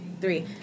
three